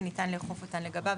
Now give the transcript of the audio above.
וניתן לאכוף אותן לגביו".